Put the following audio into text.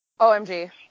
OMG